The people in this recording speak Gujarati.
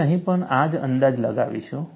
આપણે અહીં પણ આ જ અંદાજ લગાવીશું